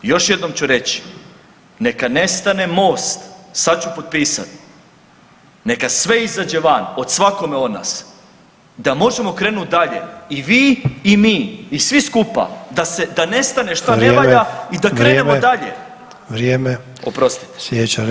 Još jednom ću reći, neka nestane MOST, sad ću potpisat, neka sve izađe van o svakome od nas da možemo krenut dalje i vi i mi i svi skupa da nestane što ne valja [[Upadica: Vrijeme.]] i da krenemo dalje.